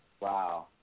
Wow